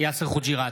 יאסר חוג'יראת,